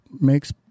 makes